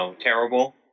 terrible